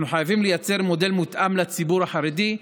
אנחנו חייבים לייצר מודל מותאם לציבור החרדי,